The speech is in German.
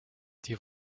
die